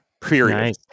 period